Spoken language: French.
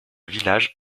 village